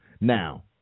Now